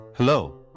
Hello